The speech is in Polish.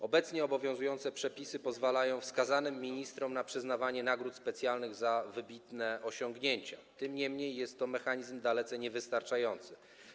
Obecnie obowiązujące przepisy pozwalają wskazanym ministrom na przyznawanie nagród specjalnych za wybitne osiągnięcia, niemniej jest to mechanizm dalece niewystarczający.